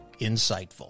Insightful